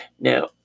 now